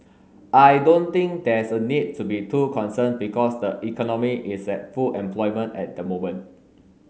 I don't think there's a need to be too concerned because the economy is at full employment at the moment